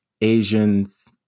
Asians